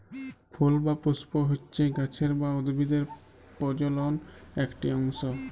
ফুল বা পুস্প হচ্যে গাছের বা উদ্ভিদের প্রজলন একটি অংশ